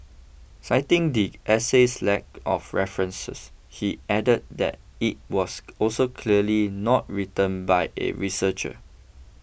citing the essay's lack of references he added that it was also clearly not written by a researcher